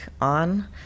on